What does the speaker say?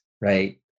right